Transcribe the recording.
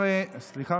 לא,